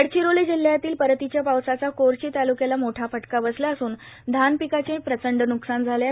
गडचिरोली जिल्ह्यातील परतीच्या पावसाचा कोरची तालुक्याला मोठा फटका बसला असून धानपिकाचे प्रचंड न्कसान झाले आहे